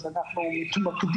אז אנחנו מתמקדים,